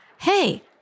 hey